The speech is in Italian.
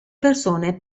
persone